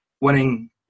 winning